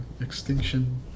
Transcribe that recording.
extinction